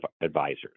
advisors